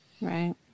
Right